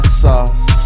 sauce